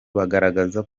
bagaragaza